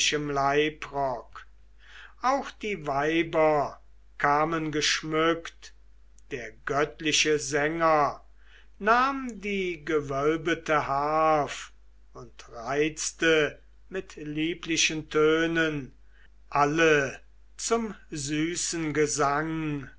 leibrock auch die weiber kamen geschmückt der göttliche sänger nahm die gewölbete harf und reizte mit lieblichen tönen alle zum süßen gesang